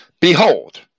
Behold